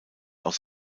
aus